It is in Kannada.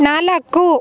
ನಾಲ್ಕು